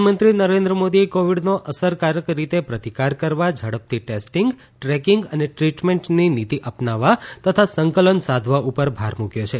પ્રધાનમંત્રી નરેન્દ્ર મોદીએ કોવિડનો અસરકારક રીતે પ્રતિકાર કરવા ઝડપથી ટેસ્ટીંગ ટ્રેકિંગ અને ટ્રિટમેન્ટની નીતિ અપનાવવા તથા સંકલન સાધવા ઉપર ભાર મૂક્યો છે